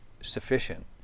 sufficient